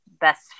best